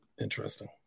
Interesting